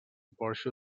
porxo